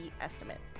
estimate